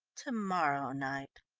to-morrow night,